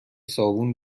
صابون